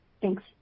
Thanks